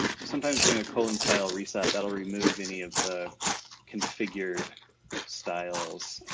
so sometimes doing a colon style reset, that'll remove any of the configured styles.